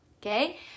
Okay